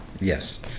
Yes